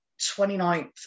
29th